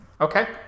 Okay